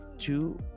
two